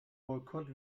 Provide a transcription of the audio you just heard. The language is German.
boykott